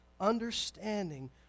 understanding